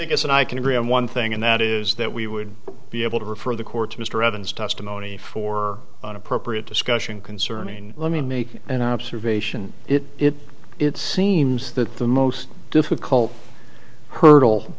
rebuttal and i can agree on one thing and that is that we would be able to refer the court's mr evans testimony for an appropriate discussion concerning let me make an observation it it seems that the most difficult hurdle